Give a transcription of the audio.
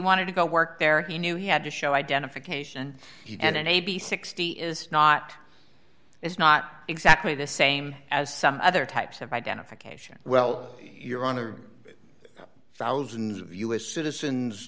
wanted to go work there he knew he had to show identification and maybe sixty is not it's not exactly the same as some other types of identification well you're on to thousands of us citizens